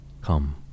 come